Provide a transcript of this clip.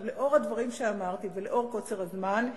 לאור הדברים שאמרתי ובשל קוצר הזמן,